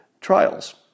trials